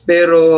Pero